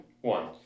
one